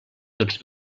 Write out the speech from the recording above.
tots